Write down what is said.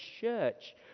church